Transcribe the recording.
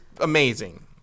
amazing